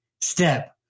step